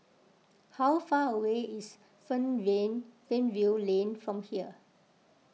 how far away is Fernvale Lane from here